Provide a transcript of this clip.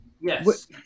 yes